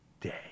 day